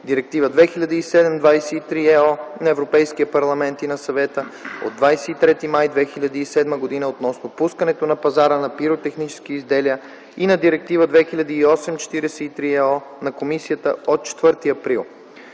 Директива 2007/23/ЕО на Европейския парламент и на Съвета от 23 май 2007 г. относно пускането на пазара на пиротехнически изделия и на Директива 2008/43/ЕО на Комисията от 4 април